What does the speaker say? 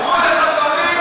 אמרו לך דברים.